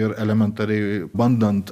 ir elementariai bandant